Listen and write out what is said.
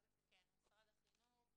כן, משרד החינוך,